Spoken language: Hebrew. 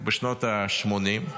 בשנות השמונים,